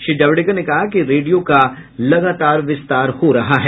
श्री जावेडकर ने कहा कि रेडियो का लगातार विस्तार हो रहा है